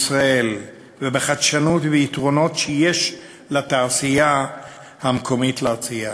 בישראל ובחדשנות וביתרונות שיש לתעשייה המקומית להציע.